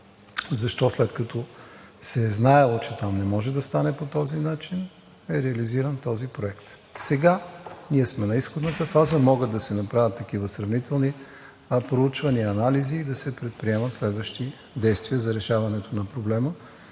защо, след като се е знаело, че там не може да стане по този начин, е реализиран този проект. Сега ние сме на изходната фаза, могат да се направят такива сравнителни проучвания и анализи и да се предприемат следващи действия за решаването на проблема.